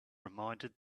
reminded